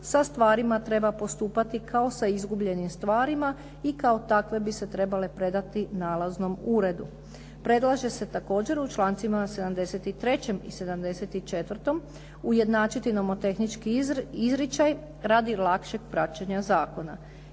sa stvarima treba postupati kao sa izgubljenim stvarima i kao takve bi se trebale predati nalaznom uredu. Predlaže se također u člancima 73. i 74. ujednačiti nomotehnički izričaj radi lakšeg praćenja zakona.